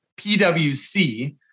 PWC